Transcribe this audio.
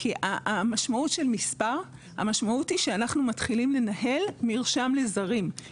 המשמעות של מספר היא שאנחנו מתחילים לנהל מרשם לזרים.